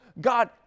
God